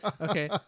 Okay